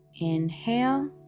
inhale